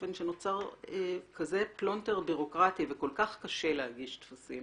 כיוון שנוצר כזה פלונטר בירוקרטי וכל כך קשה להגיש טפסים